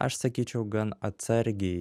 aš sakyčiau gan atsargiai